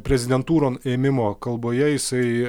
prezidentūron ėmimo kalboje jisai